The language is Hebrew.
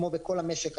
כמו בכל המשק,